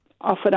offered